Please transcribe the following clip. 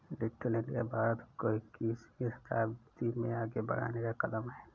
digital India Bharat को इक्कीसवें शताब्दी में आगे बढ़ने का कदम है